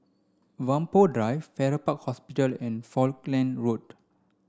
Whampoa Drive Farrer Park Hospital and Falkland Road